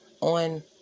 on